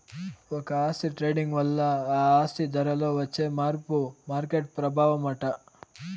ఒక ఆస్తి ట్రేడింగ్ వల్ల ఆ ఆస్తి ధరలో వచ్చే మార్పే మార్కెట్ ప్రభావమట